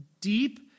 deep